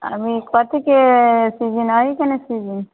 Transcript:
अभी कथीके सीजन एहिके ने सीजन